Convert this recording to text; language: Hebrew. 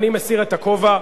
אני מסיר את הכובע,